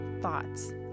thoughts